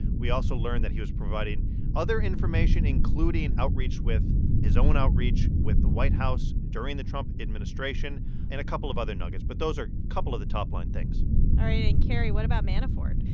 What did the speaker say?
we also learned that he was providing other information, including outreach with his own outreach with the white house during the trump administration and a couple of other nuggets. but those are a couple of the top-line things all right. and, carrie, what about manafort?